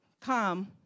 come